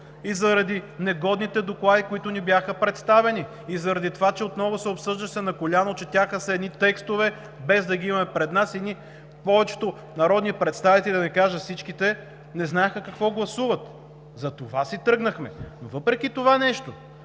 и заради негодните доклади, които ни бяха представени, и заради това, че отново се обсъждаше на коляно, четяха се едни текстове, без да ги имаме пред нас и повечето народни представители, да не кажа всичките, не знаеха какво гласуват! Затова си тръгнахме. Но въпреки това нещо